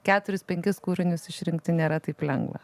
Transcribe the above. keturis penkis kūrinius išrinkti nėra taip lengva